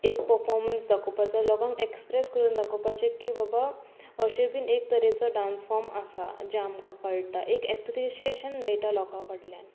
एक पफोर्मस दाखोवपाचो लोकांक एक्सप्रेस करून दाखोवपाचे की बाबा अशे बीन एक तरेचो डांस फॉम आसा जे आमकां कळटा एक एप्रिशिएशन मेळटा लोकां कडल्यान